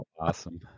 Awesome